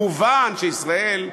מובן שבישראל,